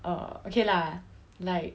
err okay lah like